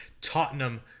Tottenham